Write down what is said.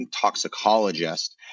toxicologist